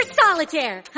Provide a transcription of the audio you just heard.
solitaire